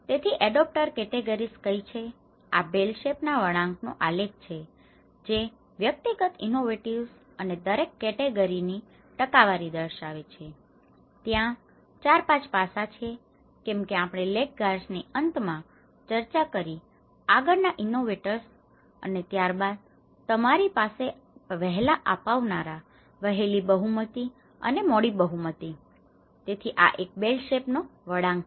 તેથી adopter categories કઈ છે આ બેલ શેપ ના વળાંક નો આલેખ છે જે વ્યક્તિગત ઇનોવેટિવનેસ અને દરેક કેટેગરીની ટકાવારી દર્શાવે છે ત્યાં 45 પાસાઓ છે કેમકે આપણે લેગગાર્ડસ ની અંત માં ચર્ચા કરી આગળ ના ઇનોવેટર્સ અને ત્યારબાદ તમારી પાસે વહેલા આપનાવનારા વહેલી બહુમતી અને મોડી બહુમતી તેથી આ એક બેલ શેપ નો વળાંક છે